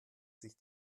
sich